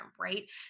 right